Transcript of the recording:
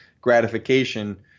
gratification